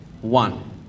One